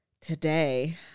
Today